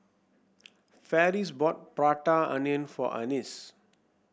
Ferris bought Prata Onion for Annis